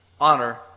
honor